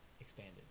expanded